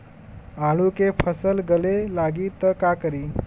आलू के फ़सल गले लागी त का करी?